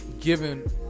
given